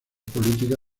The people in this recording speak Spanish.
política